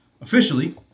officially